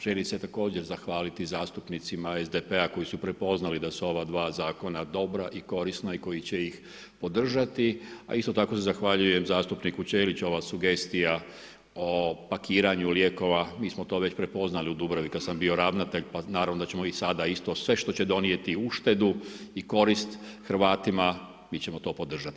Želim se također zahvaliti zastupnicima SDP-a koji su prepoznali da su ova dva zakona dobra i korisna i koji će ih podržati, a isto tako zahvaljujem zastupniku Ćeliću, ova sugestija o pakiranju lijekova, mi smo to već prepoznali u Dubravi kad sam bio ravnatelj pa naravno da ćemo i sada isto sve što će donijeti uštedu i korist Hrvatima, mi ćemo to podržati.